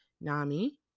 NAMI